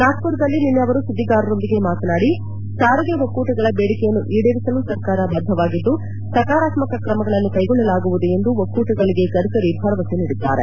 ನಾಗ್ದುರದಲ್ಲಿ ನಿನ್ನೆ ಅವರು ಸುದ್ದಿಗಾರರೊಂದಿಗೆ ಮಾತನಾಡಿ ಸಾರಿಗೆ ಒಕ್ಕೂಟಗಳ ಬೇಡಿಕೆಗಳನ್ನು ಈಡೇರಿಸಲು ಸರ್ಕಾರ ಬದ್ಧವಾಗಿದ್ದು ಸಕರಾತ್ಮಕ ಕ್ರಮಗಳನ್ನು ಕೈಗೊಳ್ಳಲಾಗುವುದು ಎಂದು ಒಕ್ಕೂಟಗಳಿಗೆ ಗಡ್ಡರಿ ಭರವಸೆ ನೀಡಿದ್ದಾರೆ